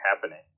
happening